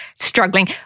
struggling